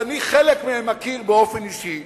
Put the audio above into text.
ואני מכיר חלק מהם באופן אישי,